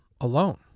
alone